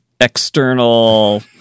external